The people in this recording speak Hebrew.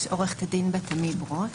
מפרקליטות המדינה נמצאת איתנו עו"ד בת עמי ברוט,